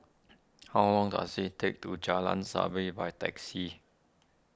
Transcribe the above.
how long does it take to Jalan Sabit by taxi